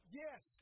yes